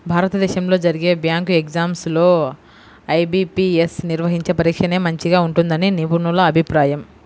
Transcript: భారతదేశంలో జరిగే bank exams లో ఐ.బీ.పీ.యస్ నిర్వహించే పరీక్షనే మంచిగా ఉంటుందని నిపుణుల అభిప్రాయం